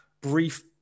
brief